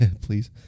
please